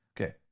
okay